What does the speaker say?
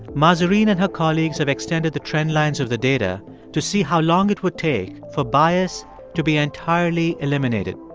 mahzarin and her colleagues have extended the trend lines of the data to see how long it would take for bias to be entirely eliminated.